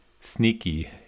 sneaky